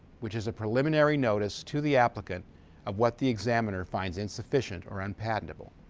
which is a preliminary notice to the applicant of what the examiner finds insufficient or unpatentable.